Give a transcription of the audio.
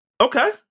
Okay